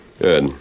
Good